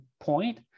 point